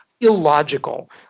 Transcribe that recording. illogical